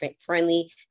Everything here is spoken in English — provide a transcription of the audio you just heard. friendly